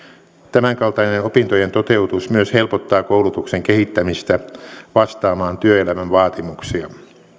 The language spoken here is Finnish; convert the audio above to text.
tämänkaltainen opintojen toteutus myös helpottaa koulutuksen kehittämistä vastaamaan työelämän vaatimuksia